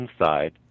inside